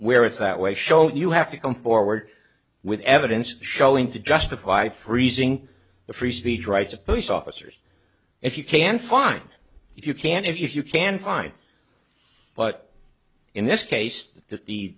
where it's that way show you have to come forward with evidence showing to justify freezing the free speech rights of police officers if you can fine if you can if you can fine but in this case th